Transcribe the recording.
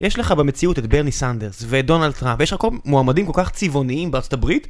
יש לך במציאות את ברני סנדרס ואת דונאלד טראמפ, יש לך מועמדים כל כך צבעוניים בארצות הברית